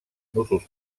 nusos